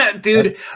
Dude